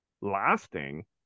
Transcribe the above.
lasting